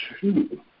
two